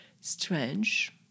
Strange